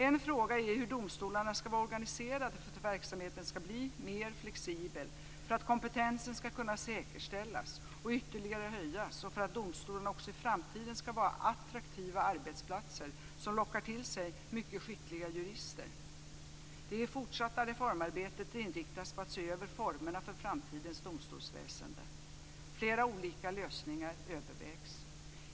En fråga är hur domstolarna ska vara organiserade för att verksamheten ska bli mer flexibel, för att kompetensen ska kunna säkerställas och ytterligare höjas och för att domstolarna också i framtiden ska vara attraktiva arbetsplatser som lockar till sig mycket skickliga jurister. Det fortsatta reformarbetet inriktas på att se över formerna för framtidens domstolsväsende. Flera olika lösningar övervägs.